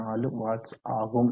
4 watts ஆகும்